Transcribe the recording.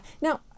Now